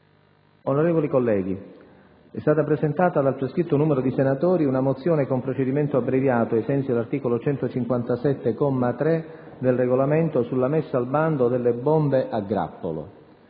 Onorevoli colleghi, è stata presentata dal prescritto numero di senatori una mozione con procedimento abbreviato, ai sensi dell'articolo 157, comma 3, del Regolamento, sulla messa al bando delle bombe a grappolo.